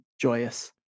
joyous